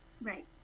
right